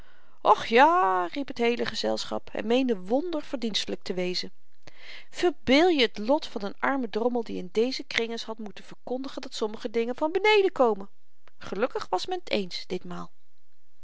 och ja riep t heele gezelschap en meende wonder verdienstelyk te wezen verbeelje t lot van een armen drommel die in dezen kring eens had moeten verkondigen dat sommige dingen van beneden komen gelukkig was men t eens ditmaal